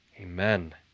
Amen